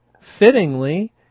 fittingly